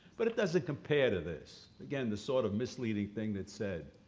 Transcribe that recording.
but it doesn't compare to this. again, the sort of misleading thing that's said.